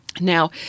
Now